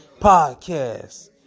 Podcast